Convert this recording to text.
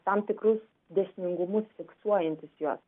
tam tikrus dėsningumus fiksuojantis juos